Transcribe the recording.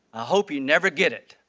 i hope you never get it.